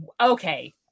okay